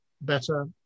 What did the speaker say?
better